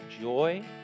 joy